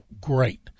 great